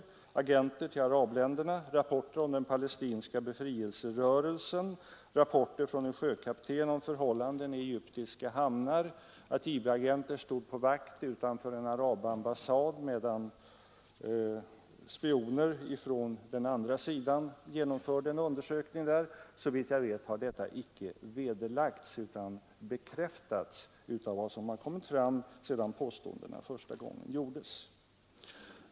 Det gällde agenter till arabländerna, rapporter om den palestinska befrielserörelsen, rapporter från en sjökapten om förhållanden i egyptiska hamnar, att IB-agenter stod på vakt utanför en arabambassad medan spioner från den andra sidan genomförde en undersökning där. Såvitt jag vet har detta inte vederlagts utan bekräftats av vad som har kommit fram sedan påståendena första gången gjordes.